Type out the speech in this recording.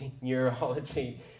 neurology